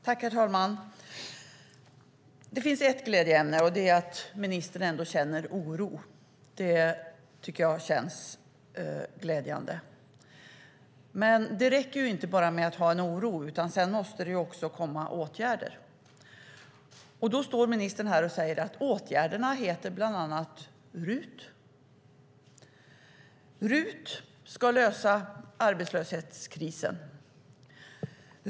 Herr talman! Det finns ett glädjeämne, och det är att ministern ändå känner oro. Det tycker jag känns glädjande. Men det räcker inte bara med att ha en oro, utan sedan måste det också komma åtgärder. Då står ministern här och säger att åtgärderna heter bland annat RUT. RUT ska lösa arbetslöshetskrisen.